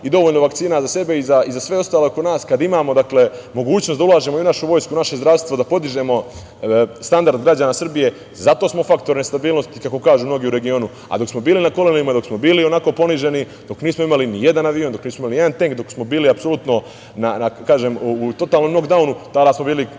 i dovoljno vakcina za sebe i za sve ostale oko nas, kada imamo mogućnost da ulažemo i u našu vojsku i u naše zdravstvo, da podižemo standard građana Srbije. Zato smo faktor nestabilnosti, kako kažu mnogi u regionu. Dok smo bili na kolenima, dok smo bili onako poniženi, dok nismo imali ni jedan avion, dok nismo imali ni jedan tenk, dok smo bili apsolutno u „lok daunu“, tada smo bili